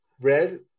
Red